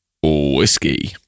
whiskey